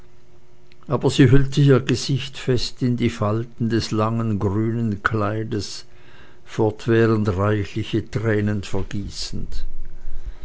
aber sie hüllte ihr gesicht fest in die falten des langen grünen kleides fortwährend reichliche tränen vergießend